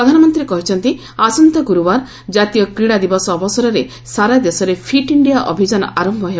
ପ୍ରଧାନମନ୍ତ୍ରୀ କହିଛନ୍ତି ଆସନ୍ତା ଗୁରୁବାର କାତୀୟ କ୍ରୀଡ଼ା ଦିବସ ଅବସରରେ ସାରା ଦେଶରେ ଫିଟ୍ ଇଣ୍ଡିଆ ଅଭିଯାନ ଆରମ୍ଭ ହେବ